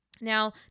Now